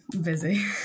busy